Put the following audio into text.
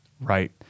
Right